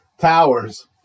Towers